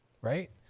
right